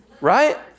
right